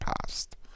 past